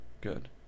Good